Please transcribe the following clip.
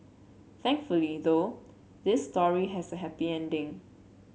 thankfully though this story has a happy ending